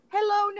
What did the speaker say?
Hello